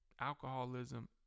alcoholism